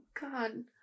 God